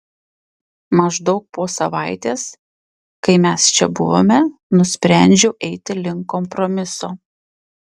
maždaug po savaitės kai mes čia buvome nusprendžiau eiti link kompromiso